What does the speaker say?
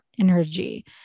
energy